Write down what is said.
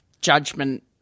judgment